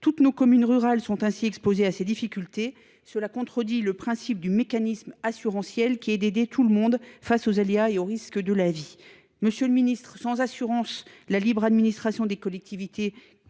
Toutes nos communes rurales sont ainsi exposées à ces difficultés. Cela contredit le principe du mécanisme assurantiel qui est d’aider tout le monde face aux aléas et aux risques de la vie. Monsieur le ministre, sans assurances, la libre administration des collectivités